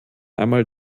einmal